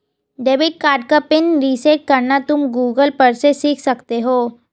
debit card का PIN reset करना तुम गूगल पर से सीख सकते हो